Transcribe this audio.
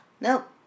Nope